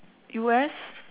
U_S